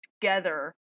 together